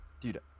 dude